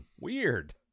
Weird